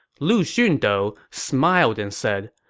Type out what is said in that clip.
lu xun, though, smiled and said,